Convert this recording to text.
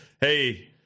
hey